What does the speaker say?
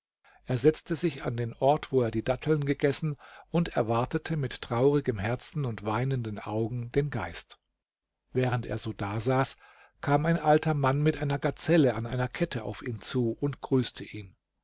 er setzte sich an den ort wo er die datteln gegessen und erwartete mit traurigem herzen und weinenden augen den geist während er so dasaß kam ein alter mann mit einer gazelle an einer kette auf ihn zu und grüßte ihn